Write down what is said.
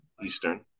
Eastern